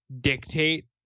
dictate